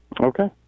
Okay